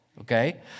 okay